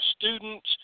students